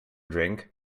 drink